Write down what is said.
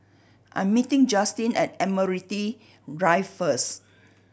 I am meeting Justine at Admiralty Drive first